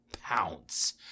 pounce